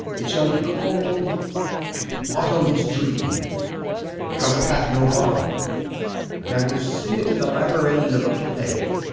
it shall be call'd bottom's dream because it hath no bottom and i will sing it in the latter end of a play,